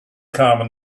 common